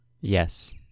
Yes